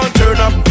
turn-up